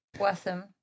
Awesome